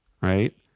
right